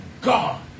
God